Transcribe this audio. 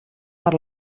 per